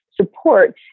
support